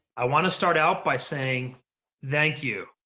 i want to start out by saying thank you.